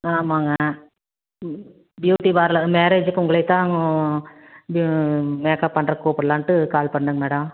ஆமாங்க beauty parlour மேரேஜுக்கு உங்களைத்தாங்க பியூ மேக்அப் பண்ணுறக்கு கூப்பிட்லான்ட்டு கால் பண்ணேங்க மேடம்